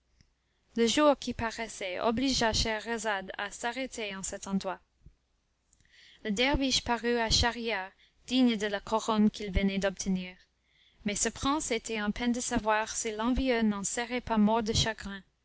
le jour qui paraissait obligea scheherazade à s'arrêter en cet endroit le derviche parut à schahriar digne de la couronne qu'il venait d'obtenir mais ce prince était en peine de savoir si l'envieux n'en serait pas mort de chagrin